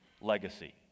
legacy